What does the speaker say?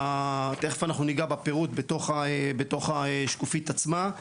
תכף אנחנו נגע בפירוט בתוך שקופית עצמה.